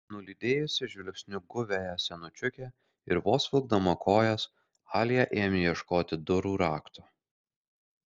nulydėjusi žvilgsniu guviąją senučiukę ir vos vilkdama kojas alia ėmė ieškoti durų rakto